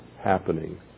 happening